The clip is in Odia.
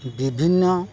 ବିଭିନ୍ନ